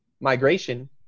migration